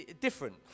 Different